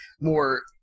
more